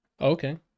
Okay